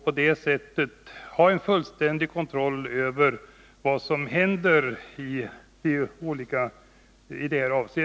På det sättet får man en fullständig kontroll över vad som händer.